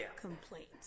complaints